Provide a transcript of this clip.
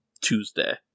Tuesday